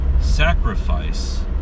sacrifice